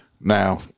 Now